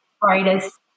brightest